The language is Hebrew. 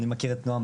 אני מכיר את נועם,